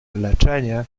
leczenie